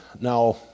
now